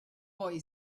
boy